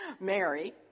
Mary